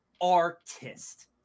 artist